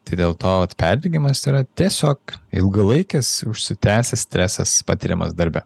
tai dėl to vat perdegimas yra tiesiog ilgalaikis užsitęsęs stresas patiriamas darbe